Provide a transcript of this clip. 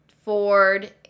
ford